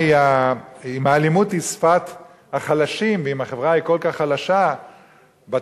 אם האלימות היא שפת החלשים ואם החברה היא כל כך חלשה בתודעה,